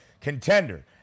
contender